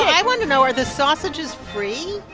i want to know, are the sausages free?